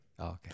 okay